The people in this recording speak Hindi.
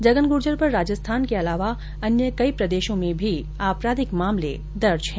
जगन गुर्जर पर राजस्थान के अलावा अन्य कई प्रदेशों में भी आपराधिक मामले दर्ज हैं